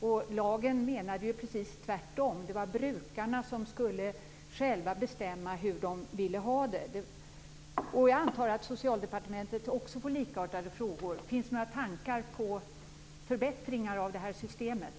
I lagen var meningen precis tvärtom: Det var brukarna som själva skulle bestämma hur de ville ha det. Jag antar att Socialdepartementet får likartade frågor. Finns det några tankar på förbättringar av systemet?